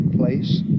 place